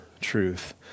truth